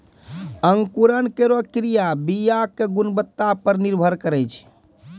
अंकुरन केरो क्रिया बीया क गुणवत्ता पर निर्भर करै छै